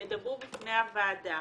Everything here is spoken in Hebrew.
ידברו בפני הוועדה